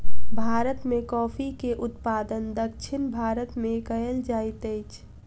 भारत में कॉफ़ी के उत्पादन दक्षिण भारत में कएल जाइत अछि